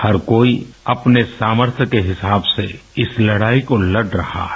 हर कोई अपने सामर्थय के हिसाब से इस लड़ाई को लड़ रहा है